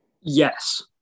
yes